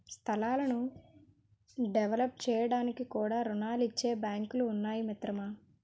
స్థలాలను డెవలప్ చేయడానికి కూడా రుణాలిచ్చే బాంకులు ఉన్నాయి మిత్రమా